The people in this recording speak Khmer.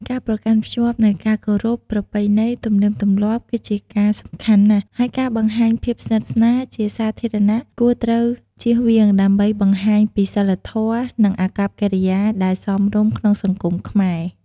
ការប្រកាន់ខ្ជាប់នូវការគោរព ប្រពៃណី ទំនៀមទម្លាប់គឺជាការសំខាន់ណាស់់ ហើយការបង្ហាញភាពស្និទ្ធស្នាលជាសាធារណៈគួរត្រូវជៀសវាង ដើម្បីបង្ហាញពីសីលធម៍ និងអាកប្បកិរិយាដែលសមរម្យក្នុងសង្គមខ្មែរ។